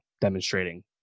demonstrating